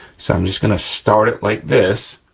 so, i'm just gonna start it like this,